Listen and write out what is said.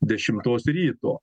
dešimtos ryto